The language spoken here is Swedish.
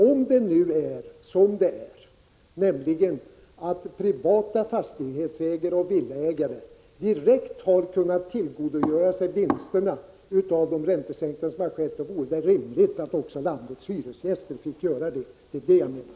Om det är som det är, nämligen att privata fastighetsägare och villaägare direkt har kunnat tillgodogöra sig vinsterna av de räntesänkningar som har skett, vore det rimligt att också landets hyresgäster fick göra det. Det är det jag menar.